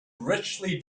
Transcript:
richly